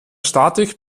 statik